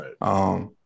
Right